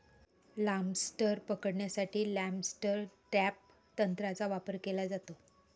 lobster पकडण्यासाठी lobster trap तंत्राचा वापर केला जातो